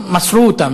מסרו אותם,